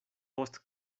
post